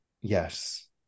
yes